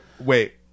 Wait